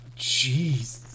Jeez